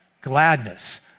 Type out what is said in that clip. gladness